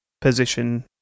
position